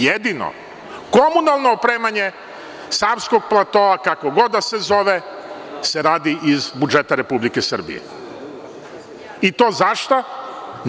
Jedino, komunalno opremanje Savskog platoa, kako god da se zove, se radi iz budžeta Republike Srbije i to za šta?